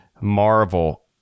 Marvel